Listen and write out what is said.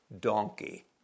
donkey